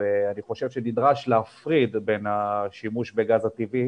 ואני חושב שנדרש להפריד בין השימוש בגז הטבעי